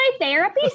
therapy